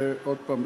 עוד הפעם,